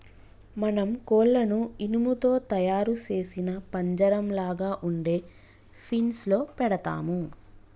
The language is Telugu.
మనం కోళ్లను ఇనుము తో తయారు సేసిన పంజరంలాగ ఉండే ఫీన్స్ లో పెడతాము